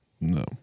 No